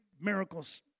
miracles